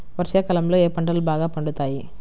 వర్షాకాలంలో ఏ పంటలు బాగా పండుతాయి?